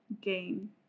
gain